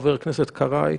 חבר הכנסת קרעי,